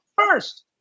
first